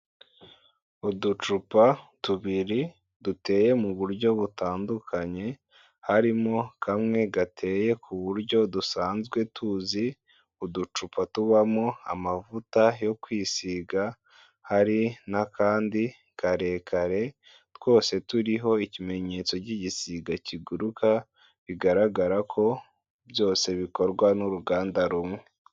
Uducupa tubiri duteye mu buryo butandukanye, harimo kamwe gateye ku buryo dusanzwe tuzi uducupa tubamo amavuta yo kwisiga, hari n'akandi karekare, twose turiho ikimenyetso cy'igisiga kiguruka, bigaragara ko byose bikorwa n'uruganda rumwe.